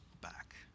back